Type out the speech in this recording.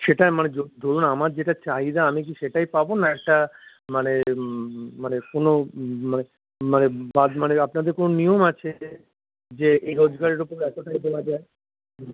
সেটা মানে ধরুন আমার যেটা চাহিদা আমি কি সেটাই পাবো না একটা মানে মানে কোনো মানে মানে যাদ মানে আপনাদের কোনো নিয়ম আছে যে যে এই রোজগারের ওপর এতটাই দেওয়া যায় হুম